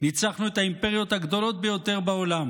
ניצחנו את האימפריות הגדולות ביותר בעולם,